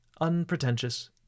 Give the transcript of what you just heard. unpretentious